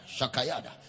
Shakayada